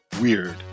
weird